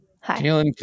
Hi